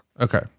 Okay